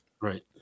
right